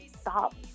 stop